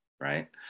Right